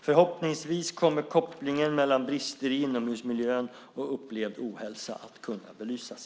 Förhoppningsvis kommer kopplingen mellan brister i inomhusmiljön och upplevd ohälsa att kunna belysas.